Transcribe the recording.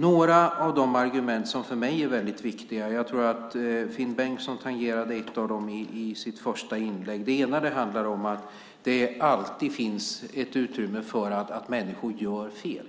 Några av de argument som för mig är väldigt viktiga - jag tror att Finn Bengtsson tangerade ett av dem i sitt första inlägg - är när det handlar om att det alltid finns utrymme för att människor gör fel.